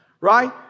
right